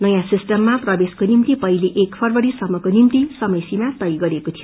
नयाँ सिस्टममा प्रवेशको निम्ति पहिले एक फरवरी सम्मको निम्ति समय सीमा तय गरिएको थियो